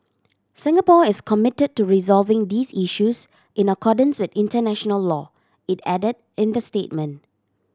Singapore is committed to resolving these issues in accordance with international law it added in the statement